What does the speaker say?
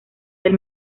del